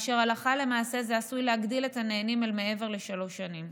והלכה למעשה זה עשוי להגדיל את הנהנים אל מעבר לשלוש שנים.